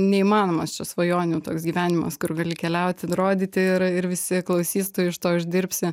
neįmanomas čia svajonių toks gyvenimas kur gali keliauti rodyti ir ir visi klausys tu iš to uždirbsi